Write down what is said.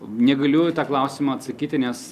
negaliu į tą klausimą atsakyti nes